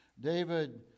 David